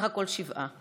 שבעה בעד.